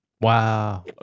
Wow